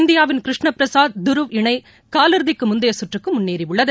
இந்தியாவின் கிருஷ்ண பிரசாத் துருவ் இணை காலிறுதிக்கு முந்தைய சுற்றுக்கு முன்னேறியுள்ளது